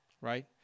right